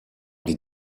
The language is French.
les